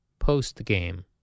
postgame